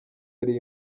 yari